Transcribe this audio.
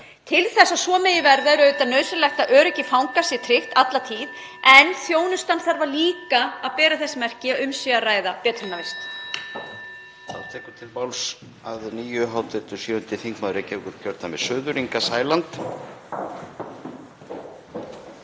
Til að svo megi verða er nauðsynlegt að öryggi fanga sé tryggt alla tíð. En þjónustan þarf líka að bera þess merki að um sé að ræða betrunarvist.